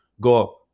go